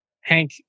Hank